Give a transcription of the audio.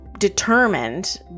determined